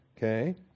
Okay